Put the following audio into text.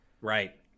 Right